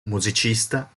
musicista